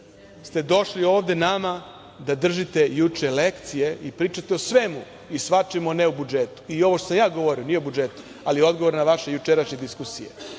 ste došli ovde nama da držite juče lekcije i pričate o svemu i svačemu, a ne o budžetu. Ovo što sam ja govorio, nije o budžetu, ali je odgovor na vaše jučerašnje diskusije